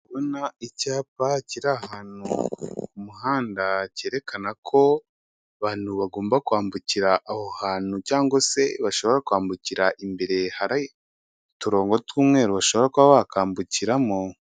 Ndi kubona icyapa kiri ahantu ku muhanda cyerekana ko abantu bagomba kwambukira aho hantu cyangwa se bashobora kwambukira imbere, hari uturongo tw'umweru bashobora kuba bakambukiramo.